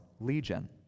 Legion